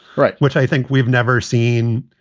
right. which i think we've never seen,